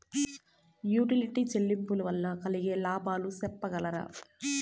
Utility చెల్లింపులు వల్ల కలిగే లాభాలు సెప్పగలరా?